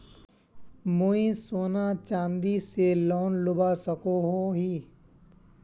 मुई सोना या चाँदी से लोन लुबा सकोहो ही?